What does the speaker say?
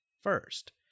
first